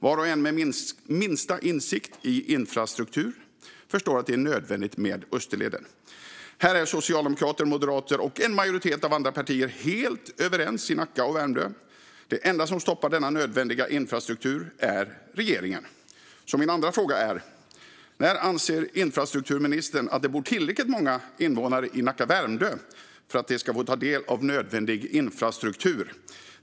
Var och en med minsta insikt i infrastruktur förstår att Österleden är nödvändig. Här är socialdemokrater, moderater och en majoritet av andra partier helt överens i Nacka och Värmdö. Det enda som stoppar denna nödvändiga infrastruktur är regeringen. Så min andra fråga är: När anser infrastrukturministern att Nacka och Värmdö har tillräckligt många invånare för att få ta del av nödvändig infrastruktur?